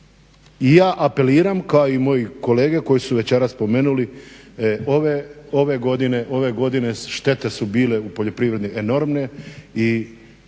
I ja apeliram kao i moji kolege koji su večeras spomenuli ove godine štete su bile u poljoprivredni enormne i